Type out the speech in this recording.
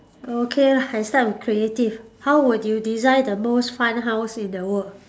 okay lah I start with creative how would you design the most fun house in the world